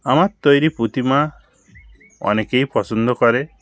আমার তৈরী প্রতিমা অনেকেই পসোন্দ করে